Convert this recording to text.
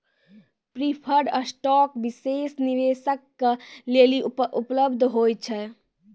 preferred stock विशेष निवेशक के लेली उपलब्ध होय छै